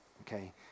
okay